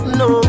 no